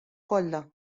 kollha